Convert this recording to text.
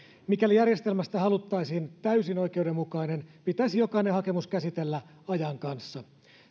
mikäli järjestelmästä haluttaisiin täysin oikeudenmukainen pitäisi jokainen hakemus käsitellä ajan kanssa